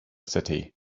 city